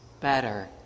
better